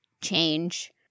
change